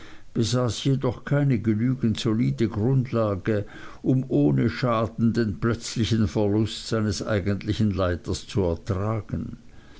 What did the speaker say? jedoch keine genügend solide grundlage um ohne schaden den plötzlichen verlust seines eigentlichen leiters zu ertragen